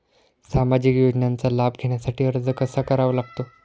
सामाजिक योजनांचा लाभ घेण्यासाठी अर्ज कसा करावा लागतो?